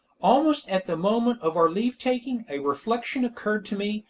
almost at the moment of our leave-taking, a reflection occurred to me,